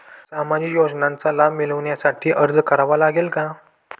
सामाजिक योजनांचा लाभ मिळविण्यासाठी अर्ज करावा लागेल का?